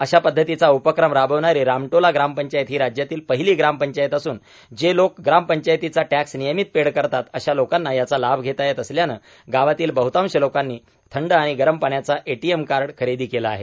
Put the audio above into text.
अशा पध्दतीचा उपक्रम राबविणारी रामदोला ग्राम पंचायत ही राज्यातील पहिली ग्राम पंचायत असून जे लोक ग्राम पंचायतीचा टॅक्स नियमित पेड करतात अशा लोकांना याचा लाभ येता येत असल्याने गावातील बहुतांश लोकांनी थंड आणि गरम पाण्याचा एटीएम कार्ड खरेदी केला आहे